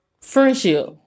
friendship